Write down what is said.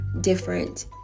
different